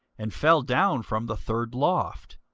and fell down from the third loft,